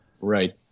Right